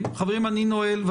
חברים, אני נועל.